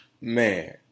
man